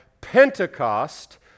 Pentecost